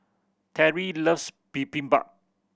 Terrie loves Bibimbap